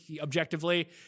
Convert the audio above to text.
objectively